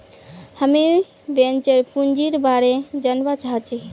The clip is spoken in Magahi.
हामीं वेंचर पूंजीर बारे जनवा चाहछी